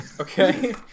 Okay